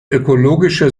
ökologischer